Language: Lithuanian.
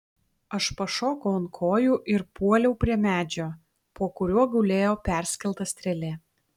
aš pašokau ant kojų ir puoliau prie medžio po kuriuo gulėjo perskelta strėlė